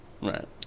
Right